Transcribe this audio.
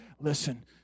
Listen